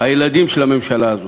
הילדים של הממשלה הזאת.